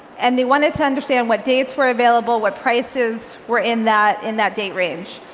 and they wanted to understand what dates were available, what prices were in that in that date range.